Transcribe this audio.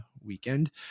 weekend